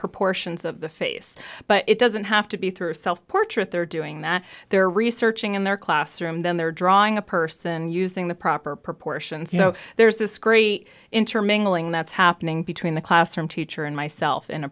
proportions of the face but it doesn't have to be through self portrait they're doing that they're researching in their classroom then they're drawing a person using the proper proportions so there's this great intermingling that's happening between the classroom teacher and myself in a